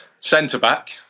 centre-back